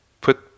put